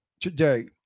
today